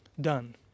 done